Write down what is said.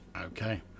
Okay